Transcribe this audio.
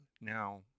now